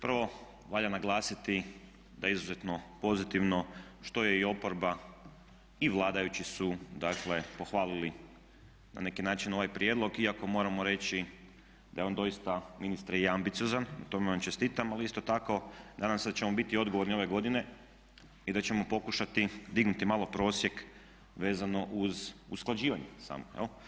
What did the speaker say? Prvo, valja naglasiti da je izuzetno pozitivno što je i oporba i vladajući su dakle pohvalili na neki način ovaj prijedlog iako moramo reći da je on doista ministre i ambiciozan, na tome vam čestitam ali isto tako nadam se da ćemo biti odgovorni ove godine i da ćemo pokušati dignuti malo prosjek vezano uz usklađivanje samo.